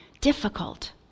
difficult